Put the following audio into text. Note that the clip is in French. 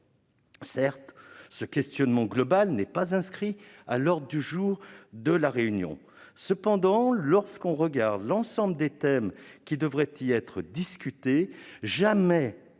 Certes, ce questionnement global n'est pas inscrit à l'ordre du jour de la réunion. Cependant, à regarder l'ensemble des thèmes qui devraient y être discutés, on